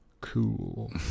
Cool